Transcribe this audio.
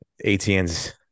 atn's